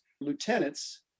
lieutenants